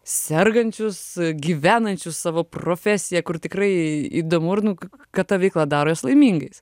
sergančius gyvenančius savo profesija kur tikrai įdomu ir nu kad ta veikla daro juos laimingais